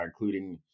including